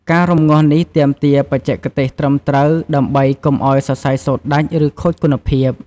ការរំងាស់នេះទាមទារបច្ចេកទេសត្រឹមត្រូវ ដើម្បីកុំឲ្យសរសៃសូត្រដាច់ ឬខូចគុណភាព។